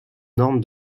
norme